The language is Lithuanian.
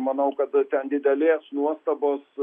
manau kada ten didelės nuostabos